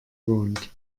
wohnt